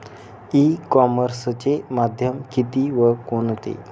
E कॉमर्सचे माध्यम किती व कोणते?